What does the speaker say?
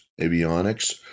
avionics